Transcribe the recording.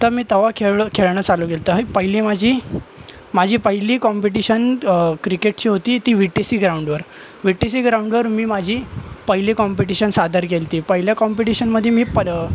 तर मी तेव्हा खेळलो खेळणं चालू केलं होतं पहिली माझी माझी पहिली कॉम्पिटिशन क्रिकेटची होती ती वी टी सी ग्राउंडवर वी टी सी ग्राउंडवर मी माझी पहिली कॉम्पिटिशन सादर केली होती पहिल्या कॉम्पिटिशनमध्ये मी पड